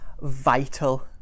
vital